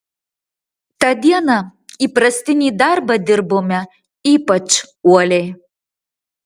tą dieną įprastinį darbą dirbome ypač uoliai